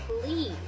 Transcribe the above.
please